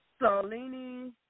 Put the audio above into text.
Salini